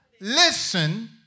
listen